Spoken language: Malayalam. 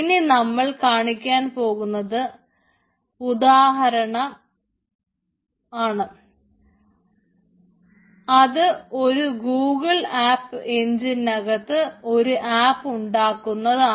ഇനി നമ്മൾ കാണിക്കാൻ പോകുന്ന ഉദാഹരണം ഒരു ഗൂഗിൾ ആപ്പ് എൻജിനകത്ത് ഒരു ആപ്പ് ഉണ്ടാക്കുന്നതാണ്